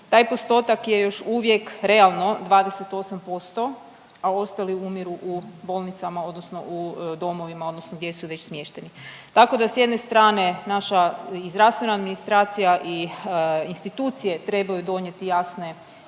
taj postotak je još uvijek realno 28%, a ostali umiru u bolnicama odnosno u domovima odnosno gdje su već smješteni. Tako da s jedne strane naša i zdravstvena administracija i institucije trebaju donijeti jasne